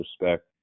respect